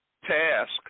task